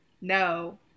No